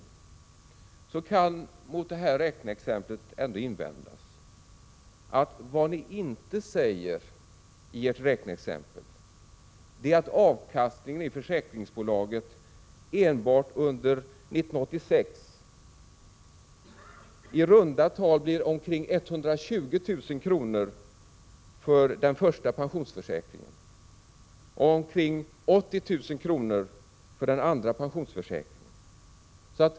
Ändå kan mot det här räkneexemplet riktas den allvarliga invändningen att vad ni inte säger är att avkastningen i försäkringsbolaget enbart under 1986 i runda tal blir omkring 120 000 kr. för den första pensionsförsäkringen och omkring 80 000 kr. för den andra pensionsförsäkringen.